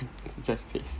just face